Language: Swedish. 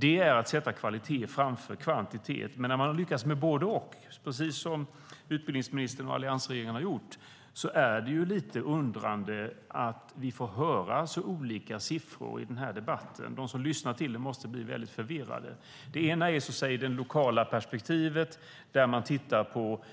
Det är att sätta kvalitet framför kvantitet. Men utbildningsministern och alliansregeringen har lyckats med både och. Det är lite underligt att vi får höra så olika siffror i debatten. De som lyssnar till den måste bli väldigt förvirrade. Vissa tittar på